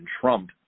Trump